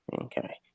Okay